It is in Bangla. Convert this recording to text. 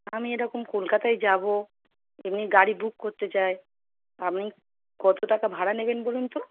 আমি এরকম কলকাতায় যাব এমনি গাড়ি বুক করতেে চাই আপনি কতো টাকা ভাড়া নেবেন বলুন তো